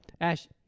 Ash